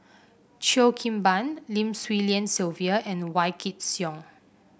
Cheo Kim Ban Lim Swee Lian Sylvia and Wykidd Song